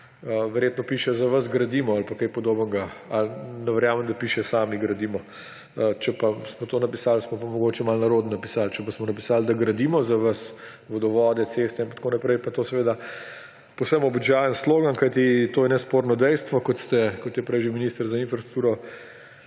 Verjetno piše »za vas gradimo« ali kaj podobnega. Ne verjamem, da piše »sami gradimo«. Če smo to napisali, smo pa mogoče malo nerodno napisali. Če smo napisali, da gradimo za vas, vodovode, ceste in tako naprej, je pa to seveda povsem običajen slogan, kajti to je nesporno dejstvo. Kot je prej že minister za infrastrukturo